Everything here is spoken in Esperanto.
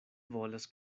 volas